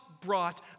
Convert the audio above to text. brought